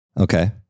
Okay